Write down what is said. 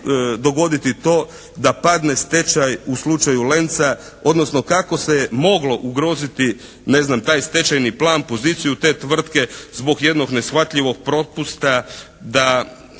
dogoditi to da padne stečaj u slučaju "Lenca" odnosno kako se moglo ugroziti, ne znam, taj stečajni plan, poziciju te tvrtke zbog jednog neshvatljivog propusta da